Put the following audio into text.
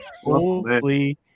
holy